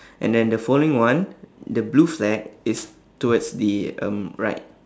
and then the following one the blue flag is towards the um right